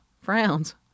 frowns